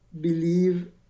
believe